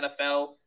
NFL